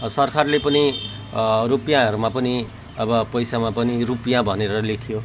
सरकारले पनि रुपियाँहरूमा पनि अब पैसामा पनि रुपियाँ भनेर लेखियो